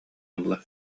ылла